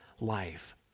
life